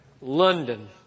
London